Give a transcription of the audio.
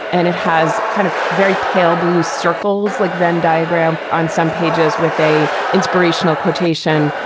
and it has kind of very pale blue circles like venn diagram on some pages with a inspirational quotation,